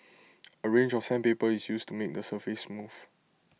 A range of sandpaper is used to make the surface smooth